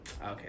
Okay